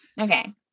Okay